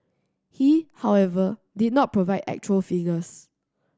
he however did not provide actual figures